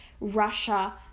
Russia